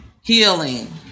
Healing